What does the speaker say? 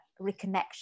reconnection